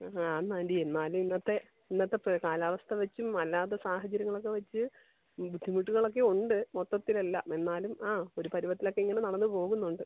ആന്ന് ആന്റി എന്നാലും ഇന്നത്തെ ഇന്നത്തെ കാലാവസ്ഥ വെച്ചും അല്ലാത്ത സാഹചര്യങ്ങളൊക്ക വെച്ച് ബുദ്ധിമുട്ടുകളൊക്കെ ഉണ്ട് മൊത്തത്തിൽ അല്ല എന്നാലും ആ ഒരു പരുവത്തിലൊക്കെ ഇങ്ങനെ നടന്ന് പോവുന്നുണ്ട്